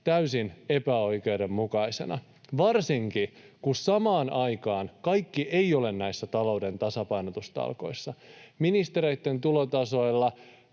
täysin epäoikeudenmukaisina, varsinkin, kun samaan aikaan kaikki eivät ole näissä talouden tasapainotustalkoissa. Ministereitten tulotasoilla